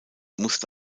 musste